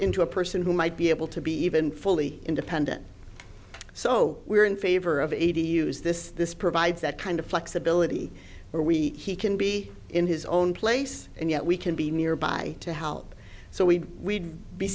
into a person who might be able to be even fully independent so we're in favor of eighty use this this provides that kind of flexibility where we can be in his own place and yet we can be nearby to help so we